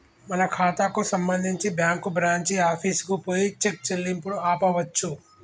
మన ఖాతాకు సంబంధించి బ్యాంకు బ్రాంచి ఆఫీసుకు పోయి చెక్ చెల్లింపును ఆపవచ్చు